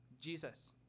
Jesus